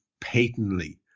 patently